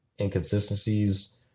inconsistencies